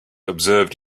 observed